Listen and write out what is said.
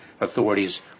authorities